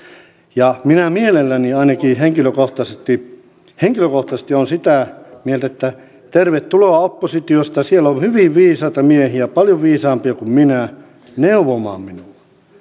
minä ainakin henkilökohtaisesti henkilökohtaisesti olen sitä mieltä että tervetuloa oppositiosta siellä on hyvin viisaita miehiä paljon viisaampia kuin minä neuvomaan minua